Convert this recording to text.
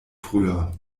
früher